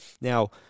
Now